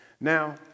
Now